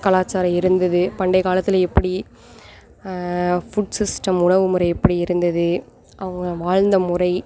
கலாச்சாரம் இருந்தது பண்டைய காலத்தில் எப்படி ஃபுட் சிஸ்டம் உணவு முறை எப்படி இருந்தது அவங்க வாழ்ந்த முறை